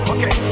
Okay